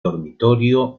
dormitorio